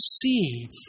see